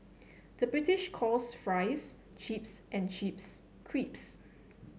the British calls fries chips and chips crisps